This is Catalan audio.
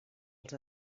els